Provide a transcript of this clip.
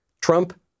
Trump